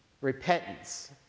repentance